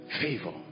Favor